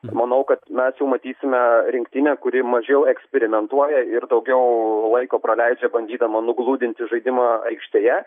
manau kad mes jau matysime rinktinę kuri mažiau eksperimentuoja ir daugiau laiko praleidžia bandydama nugludinti žaidimą aikštėje